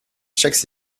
checks